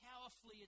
powerfully